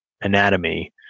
anatomy